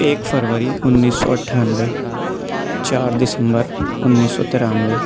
ایک فروری انیس سو اٹھانوے چار دسمبر انیس سو ترانوے